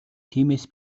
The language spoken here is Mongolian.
тиймээс